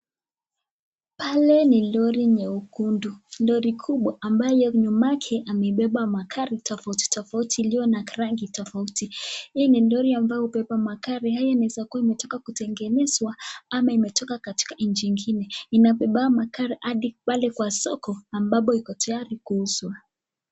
Pale ni lori nyekundu, lori kubwa ambayo nyuma yake amebeba magari tofauti tofauti iliyo na rangi tofauti, hii ni lori ambayo hubeba magari, haya inaweza kuwa imetoka kutengenezwa ama imetoka katika nchi ingine, inabeba magari hadi pale kwa soko ambapo iko tayari kuuzwa.